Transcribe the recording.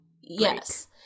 Yes